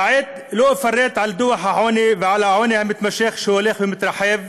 כעת לא אפרט על דוח העוני ועל העוני המתמשך שהולך ומתרחב,